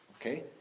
Okay